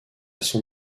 son